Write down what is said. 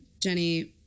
Jenny